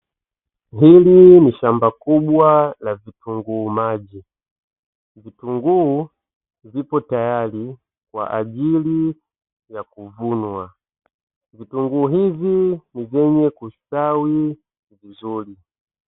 Hili ni shamba kubwa la vitunguu maji, vitunguu vipo tayari kwa ajili ya kuvunwa, vitunguu hivi ni vyenye kustawi vizuri.